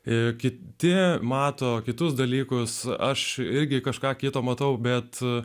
ir kiti mato kitus dalykus aš irgi kažką kito matau bet